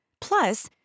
Plus